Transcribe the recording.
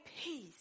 peace